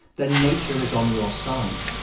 then nature is on your side.